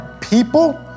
people